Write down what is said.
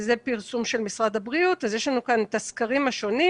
וזה פרסום של משרד הבריאות יש לנו כאן את הסקרים השונים,